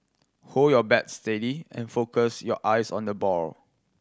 hold your bat steady and focus your eyes on the ball